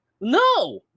No